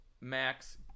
max